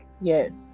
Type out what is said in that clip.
Yes